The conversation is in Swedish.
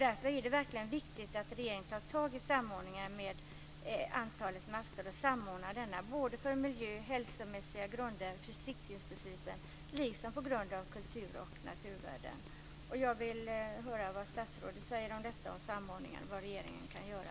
Därför är det verkligen viktigt att regeringen tar tag i samordningen av antalet master både för miljön, hälsomässiga grunder och försiktighetsprincipen liksom på grund av kultur och naturvärden. Jag vill höra vad statsrådet säger om detta med samordningen och vad regeringen kan göra.